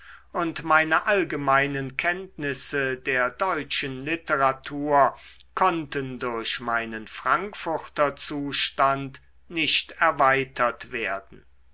und meine allgemeinen kenntnisse der deutschen literatur konnten durch meinen frankfurter zustand nicht erweitert werden